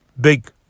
Big